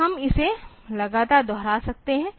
तो हम इसे लगातार दोहरा सकते हैं